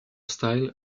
style